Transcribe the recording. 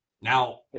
Now